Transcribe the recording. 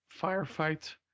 Firefight